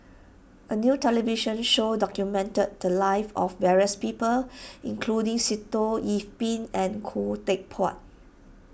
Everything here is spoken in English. a new television show documented the lives of various people including Sitoh Yih Pin and Khoo Teck Puat